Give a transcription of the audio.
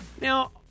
Now